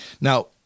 Now